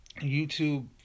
YouTube